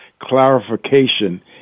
clarification